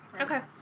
Okay